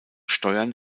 steuern